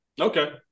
Okay